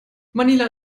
manila